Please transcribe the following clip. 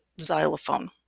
xylophone